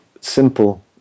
simple